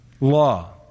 law